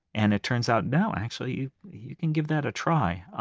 and it turns out, no, actually, you you can give that a try.